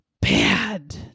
bad